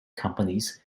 companies